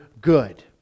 good